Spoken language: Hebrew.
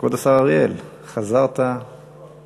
כבוד השר אריאל, חזרת אלינו.